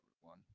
one